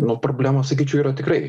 nu problema sakyčiau yra tikrai